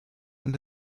and